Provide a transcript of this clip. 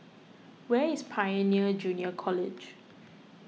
where is Pioneer Junior College